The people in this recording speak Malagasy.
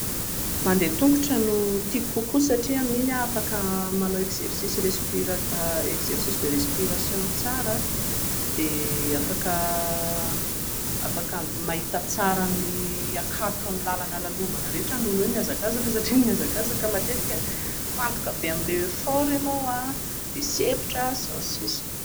Mandeha an-tongotra no tiako kokoa satria amin'iny aho afaka manao exercice respir- exercice de respiration tsara, dia afaka afaka mahita tsara ny hakanton'ny lalana lalovana rehetra noho ny hoe mihazakazaka, satria ny mihazakazaka matetika mifantoka be amin'ilay effort ianao a, dia sempotra, sy ny sisa